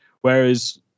whereas